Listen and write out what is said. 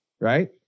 right